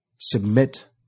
Submit